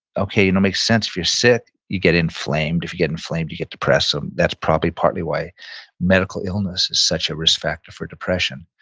okay, it you know makes sense if you're sick you get inflamed. if you get inflamed, you get depressed, so that's probably partly why medical illness is such a risk factor for depression.